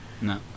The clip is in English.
No